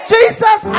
Jesus